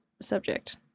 subject